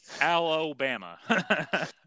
Alabama